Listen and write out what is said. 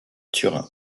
turin